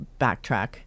backtrack